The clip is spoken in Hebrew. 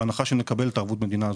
בהנחה שנקבל את ערבות המדינה הזאת,